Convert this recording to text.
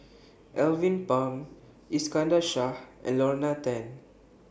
Alvin Pang Iskandar Shah and Lorna Tan